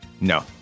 No